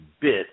bit